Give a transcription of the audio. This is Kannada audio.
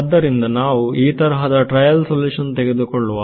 ಆದ್ದರಿಂದ ನಾವು ಈ ತರಹದ ಟ್ರಯಲ್ ಸೊಲ್ಯೂಷನ್ ತೆಗೆದುಕೊಳ್ಳುವ